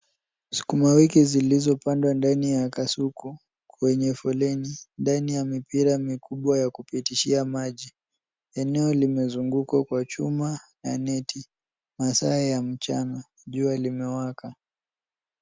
Sukuma wiki zilizopandwa ndani ya kasuku ,kwenye foleni ,ndani ya mipira mikubwa ya kupitishia maji. Eneo limezungukwa kwa chuma na neti, masaa ya mchana, jua limewaka.